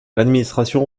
l’administration